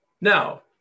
Now